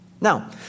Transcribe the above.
Now